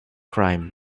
crime